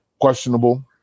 questionable